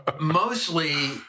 mostly